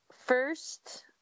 First